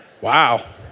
Wow